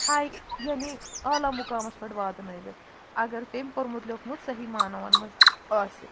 ہاے یعنی اعلیٰ مُقامَس پٮ۪ٹھ واتنٲوِتھ اَگر تٔمۍ پوٚرمُت لیوٚکھمُت صحیح مانووَن منٛز آسہِ